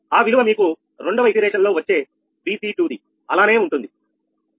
ఆ విలువ మీకు రెండవ పునరావృతం లో వచ్చే Vc2 ది అలానే ఉంటుంది